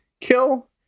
kill